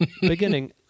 beginning